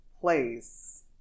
place